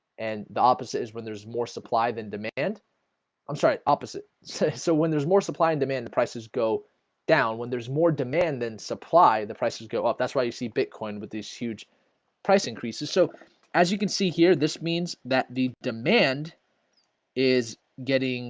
and the opposite is when there's more supply than demand i'm sorry opposite say-so so so when there's more supply and demand the prices go down when there's more demand than supply the prices go up that's why you see bitcoin with this huge price increases, so as you can see here this means that the demand is getting